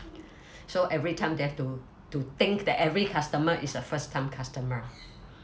so every time they have to to think that every customer is the first time customer